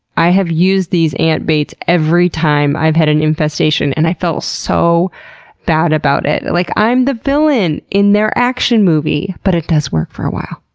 i have used these ant baits every time i've had an infestation and i've felt so bad about it like i am the villain in their action movie but it does work for a while.